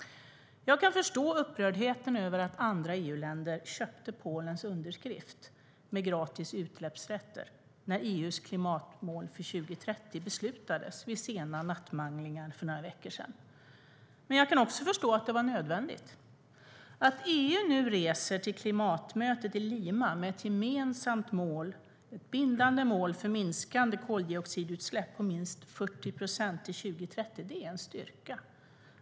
Jag kan förstå upprördheten över att andra EU-länder köpte Polens underskrift med gratis utsläppsrätter när EU:s klimatmål för 2030 beslutades vid sena nattmanglingar för några veckor sedan. Men jag kan också förstå att det var nödvändigt. Att EU nu reser till klimatmötet i Lima med ett gemensamt mål, ett bindande mål för minskande koldioxidutsläpp på minst 40 procent till 2030, är en styrka.